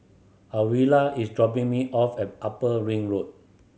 Aurilla is dropping me off at Upper Ring Road